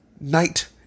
night